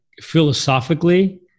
philosophically